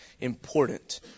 important